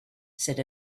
said